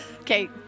Okay